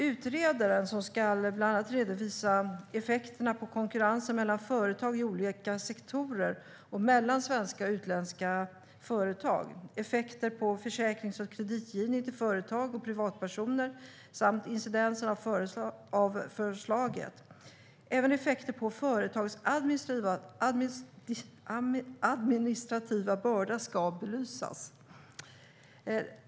Utredaren ska bland annat redovisa effekterna på konkurrensen mellan företag i olika sektorer och mellan svenska och utländska företag, effekterna på försäkrings och kreditgivning till företag och privatpersoner samt incidensen av förslaget. Även effekter på företagens administrativa börda ska belysas.